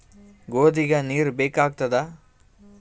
ಗೋಧಿಗ ನೀರ್ ಬೇಕಾಗತದ?